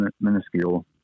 minuscule